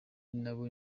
n’abo